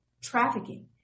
trafficking